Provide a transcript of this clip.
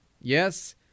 Yes